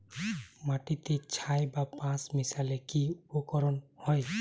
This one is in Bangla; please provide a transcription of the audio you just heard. মাটিতে ছাই বা পাঁশ মিশালে কি উপকার হয়?